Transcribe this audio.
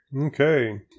okay